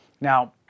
Now